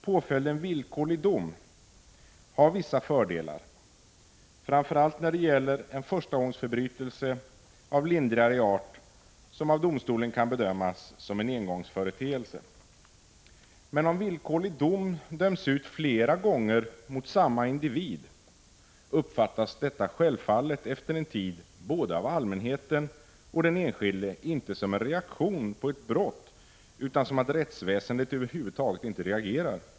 Påföljden villkorlig dom har vissa fördelar, framför allt när det gäller en förstagångsförbrytelse av lindrigare art, som av domstolen kan bedömas som en engångsföreteelse. Men om villkorlig dom döms ut flera gånger mot samma individ, uppfattas självfallet detta efter en tid både av allmänheten och av den enskilde inte som en reaktion på ett brott utan som att rättsväsendet över huvud taget inte reagerar.